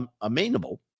amenable